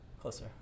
Closer